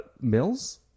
Mills